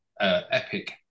epic